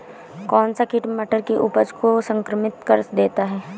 कौन सा कीट मटर की उपज को संक्रमित कर देता है?